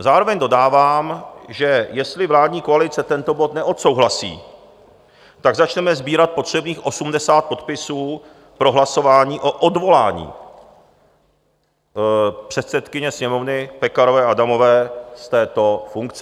Zároveň dodávám, že jestli vládní koalice tento bod neodsouhlasí, začneme sbírat potřebných 80 podpisů pro hlasování o odvolání předsedkyně Sněmovny Pekarové Adamové z této funkce.